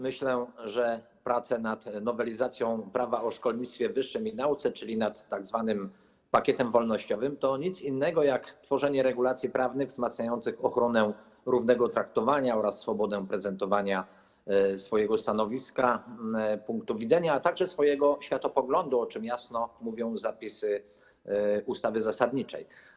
Myślę, że prace nad nowelizacją Prawa o szkolnictwie wyższym i nauce, czyli nad tzw. pakietem wolnościowym, to nic innego jak tworzenie regulacji prawnych wzmacniających ochronę równego traktowania oraz swobodę prezentowania swojego stanowiska, punktu widzenia, a także światopoglądu, o czym jasno mówią zapisy ustawy zasadniczej.